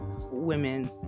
women